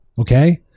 Okay